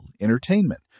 entertainment